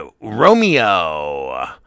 Romeo